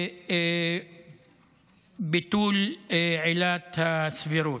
וביטול עילת הסבירות.